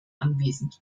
anwesend